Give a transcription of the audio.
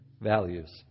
values